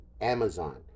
Amazon